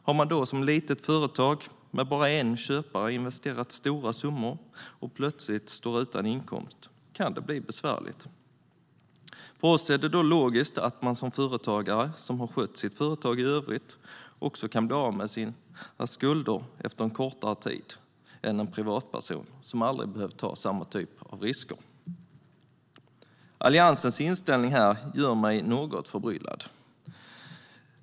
Har ett litet företag med bara en köpare investerat stora summor och plötsligt står utan inkomst kan det bli besvärligt. För oss är det logiskt att en företagare som har skött sitt företag i övrigt också kan bli av med sina skulder efter en kortare tid än en privatperson som aldrig behövt ta samma typ av risker. Alliansens inställning här gör mig något förbryllad.